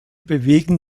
bewegen